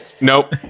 nope